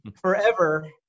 forever